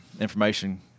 information